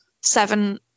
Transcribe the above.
seven